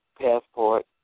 passport